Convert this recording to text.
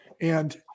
And-